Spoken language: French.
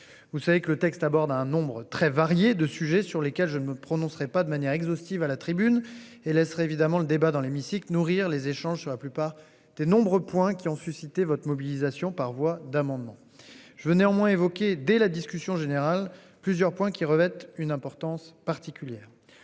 Vous savez que le texte à bord d'un nombre très variée de sujets sur lesquels je ne me prononcerai pas de manière exhaustive à la tribune et laisserait évidemment le débat dans l'hémicycle, nourrir les échanges sur la plupart des nombreux points qui ont suscité votre mobilisation par voie d'amendement. Je veux néanmoins évoquée dès la discussion générale plusieurs points qui revêtent une importance particulière.